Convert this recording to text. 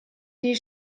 die